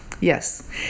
Yes